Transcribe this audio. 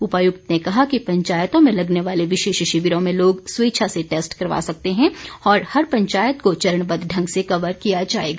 उपायुक्त ने कहा कि पंचायतों में लगने वाले विशेष शिविरों में लोग स्वेच्छा से टैस्ट करवा सकते हैं और हर पंचायत को चरणबद्व ढंग से कवर किया जाएगा